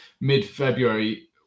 mid-February